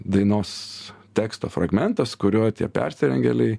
dainos teksto fragmentas kuriuo tie persirengėliai